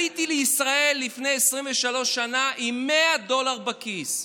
עליתי לישראל לפני 23 שנה עם 100 דולר בכיס.